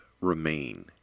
remain